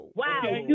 wow